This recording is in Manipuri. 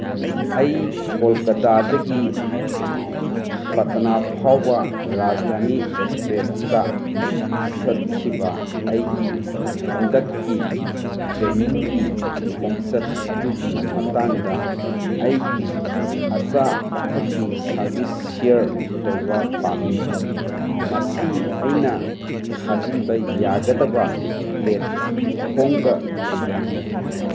ꯑꯩ ꯀꯣꯜꯀꯇꯥꯗꯒꯤ ꯄꯠꯅꯥ ꯐꯥꯎꯕ ꯔꯥꯖꯊꯥꯅꯤ ꯑꯦꯛꯁꯄ꯭ꯔꯦꯁꯇ ꯆꯠꯈꯤꯕ ꯑꯩꯒꯤ ꯍꯟꯗꯛꯀꯤ ꯇ꯭ꯔꯦꯅꯤꯡꯒꯤ ꯈꯣꯡꯆꯠ ꯑꯗꯨꯒꯤ ꯃꯇꯥꯡꯗ ꯑꯩꯒꯤ ꯑꯆꯥ ꯑꯊꯛꯀꯤ ꯁꯔꯚꯤꯁ ꯁꯤꯌꯔ ꯇꯧꯕ ꯄꯥꯝꯃꯤ ꯃꯁꯤ ꯑꯩꯅ ꯊꯥꯖꯤꯟꯕ ꯌꯥꯒꯗꯕ ꯄ꯭ꯂꯦꯠꯐꯣꯝꯒ ꯂꯩꯕ꯭ꯔꯥ